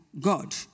God